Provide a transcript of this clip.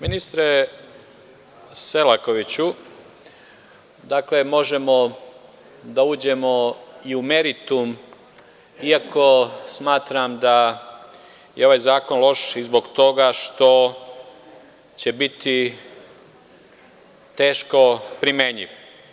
Ministre Selakoviću, dakle, možemo da uđemo i u meritum iako smatram da je ovaj zakon loš i zbog toga što će biti teško primenljiv.